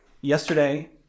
Yesterday